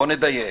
בוא נדייק.